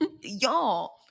y'all